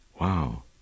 Wow